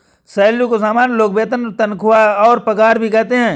salary को सामान्य लोग वेतन तनख्वाह और पगार भी कहते है